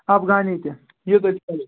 افغانی تہِ یہِ تُہۍ ژھٲنٛڈِو